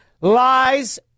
lies